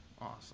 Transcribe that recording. awesome